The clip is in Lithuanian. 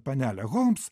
panelė holms